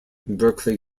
berkeley